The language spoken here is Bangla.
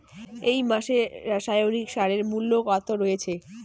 এই মাসে রাসায়নিক সারের মূল্য কত রয়েছে?